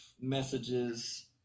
messages